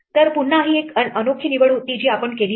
तर पुन्हा ही एक अनोखी निवड होती जी आपण केली होती